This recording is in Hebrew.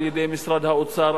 על-ידי משרד האוצר,